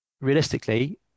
realistically